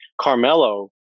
Carmelo